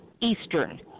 Eastern